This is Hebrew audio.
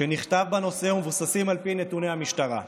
שנכתב בנושא ומבוססים על נתוני המשטרה.